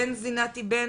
טוב אז ליאורה סולטן ובן